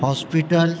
hospital